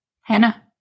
Hannah